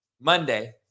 Monday